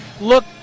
look